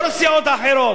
כל הסיעות האחרות.